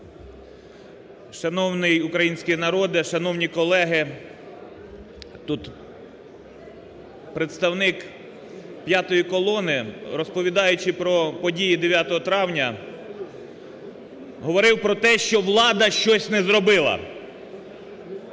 Шановний український народе! Шановні колеги! Тут представник "п'ятої колони", розповідаючи про події 9 травня, говорив про те, що влада щось не зробила.